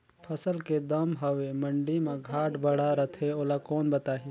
फसल के दम हवे मंडी मा घाट बढ़ा रथे ओला कोन बताही?